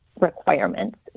requirements